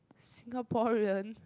Singaporean